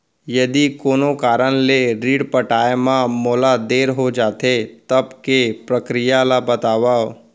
यदि कोनो कारन ले ऋण पटाय मा मोला देर हो जाथे, तब के प्रक्रिया ला बतावव